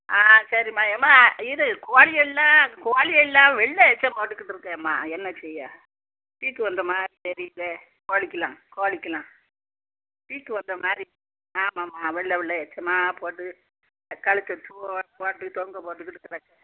ஆ சரிம்மா அம்மா இது கோழி எல்லாம் கோழி எல்லாம் வெள்ளை எச்சம் போட்டுக்கிட்டு இருக்கேம்மா என்ன செய்ய சீக்கு வந்த மாதிரி தெரியுதே கோழிக்கிலாம் கோழிக்கிலாம் சீக்கு வந்த மாதிரி ஆமாம்மா வெள்ளை வெள்ளை எச்சமாக போட்டு கழுத்த தொங்க போட்டு தொங்க போட்டுக்கிட்டு கிடக்கு